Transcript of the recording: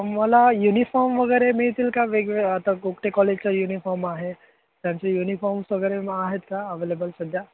मला युनिफॉर्म वगैरे मिळतील का वेगवेगळं आता गोगटे कॉलेजचा युनिफॉर्म आहे त्यांचे युनिफॉर्म्स वगैरे आहेत का अवेलेबल सध्या